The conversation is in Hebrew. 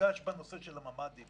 נרגש בנושא של הממ"דים